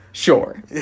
Sure